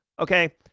Okay